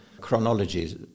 chronologies